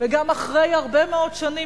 וגם אחרי הרבה מאוד שנים,